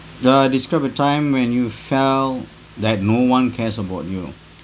uh describe a time when you felt that no one cares about you